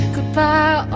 Goodbye